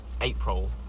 April